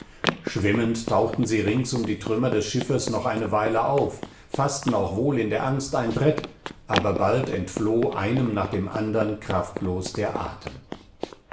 schwimmend tauchten sie rings um die trümmer des schiffes noch eine weile auf faßten auch wohl in der angst ein brett aber bald entfloh einem nach dem andern kraftlos der atem